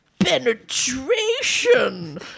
penetration